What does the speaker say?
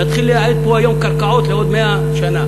נתחיל לייעד פה היום קרקעות לעוד 100 שנה.